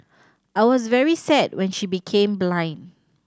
I was very sad when she became blind